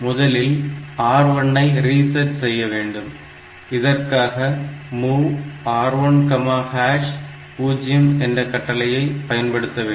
முதலில் R1 ஐ reset செய்ய வேண்டும் இதற்காக MOV R10 என்ற கட்டளையை பயன்படுத்த வேண்டும்